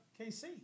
KC